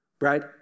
right